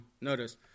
notice